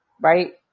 right